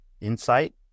insight